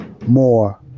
more